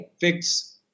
fix